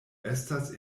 estas